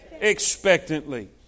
expectantly